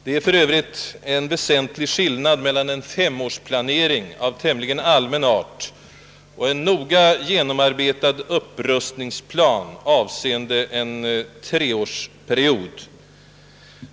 Det är för övrigt en väsentlig skillnad mellan en femårsplanering av tämligen allmän art och en noga genomarbetad upprustningsplan avseende en treårsperiod.